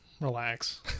Relax